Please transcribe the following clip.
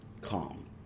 calm